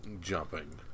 jumping